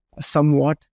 somewhat